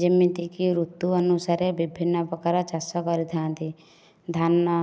ଯେମିତି କି ଋତୁ ଅନୁସାରେ ବିଭିନ୍ନ ପ୍ରକାର ଚାଷ କରିଥାନ୍ତି ଧାନ